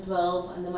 hmm